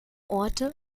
orte